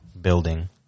building